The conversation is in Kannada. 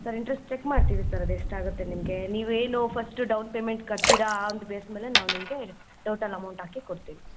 ಸರ್ ಇಂಟ್ರೆಸ್ಟ್ ಚೆಕ್ ಮಾಡ್ತೀವಿ ಸರ್ ಅದು ಎಷ್ಟು ಆಗುತ್ತೆ ನಿಮಗೆ ನೀವು ಏನು ಫಸ್ಟು ಡೌನ್ ಪೇಮೆಂಟ್ ಕಟ್ತೀರಾ ಆ ಒಂದು ಬೇಸ್ ಮೇಲೆ ನಾವು ನಿಮಗೆ ಟೋಟಲ್ ಅಮೌಂಟ್ ಹಾಕಿಕೊಡ್ತೀವಿ